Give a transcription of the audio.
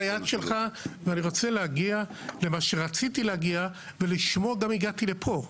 ואני רוצה להגיע למה שרציתי להגיד ולשמו גם הגעתי לפה.